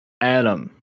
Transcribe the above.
Adam